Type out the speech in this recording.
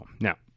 Now